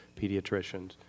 pediatricians